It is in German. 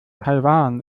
taiwan